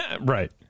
Right